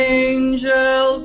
angel